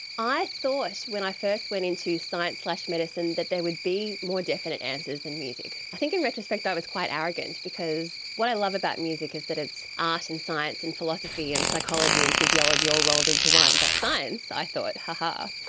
i thought when i first went into science medicine that there would be more definite answers than music. i think in retrospect i was quite arrogant because what i love about music is that it's art and science and philosophy and psychology and physiology all rolled into one, but science i thought, ha ha,